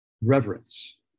reverence